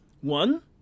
One